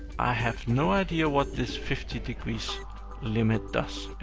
i have no idea what this fifty degrees limit does.